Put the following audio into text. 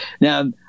now